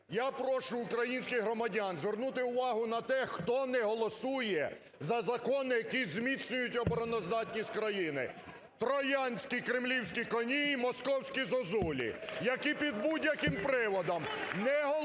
Я прошу українських громадян звернути увагу на те, хто не голосує за закони, які зміцнюють обороноздатність країни – "троянські і кремлівські коні", і "московські зозулі". Які під будь-яким приводом не голосують